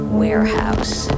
warehouse